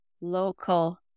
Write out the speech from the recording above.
local